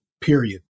period